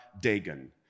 Dagon